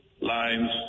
lines